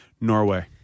norway